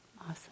Awesome